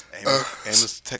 Amos